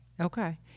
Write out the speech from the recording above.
Okay